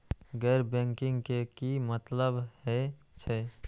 गैर बैंकिंग के की मतलब हे छे?